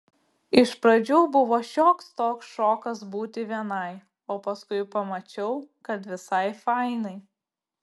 iš pradžių buvo šioks toks šokas būti vienai o paskui pamačiau kad visai fainai